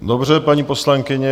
Dobře, paní poslankyně.